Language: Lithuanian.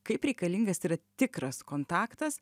kaip reikalingas yra tikras kontaktas